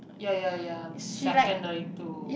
ya ya ya secondary two